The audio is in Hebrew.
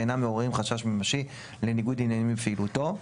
ואינם מעוררים חשש ממשי לניגוד עניינים בפעילותו.